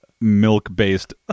milk-based